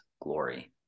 glory